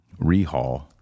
rehaul